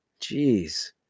Jeez